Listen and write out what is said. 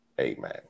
Amen